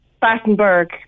Battenberg